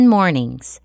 Mornings